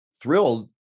thrilled